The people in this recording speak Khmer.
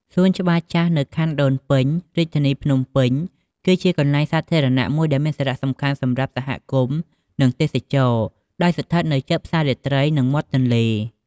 សួនច្បារផ្សារចាស់នៅខណ្ឌដូនពេញ រាជធានីភ្នំពេញ គឺជាទីកន្លែងសាធារណៈមួយដែលមានសារៈសំខាន់សម្រាប់សហគមន៍ និងទេសចរណ៍ ដោយស្ថិតនៅជិតផ្សាររាត្រី និងមាត់ទន្លេ។